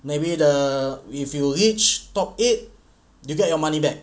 maybe the if you reach top eight you get your money back